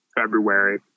February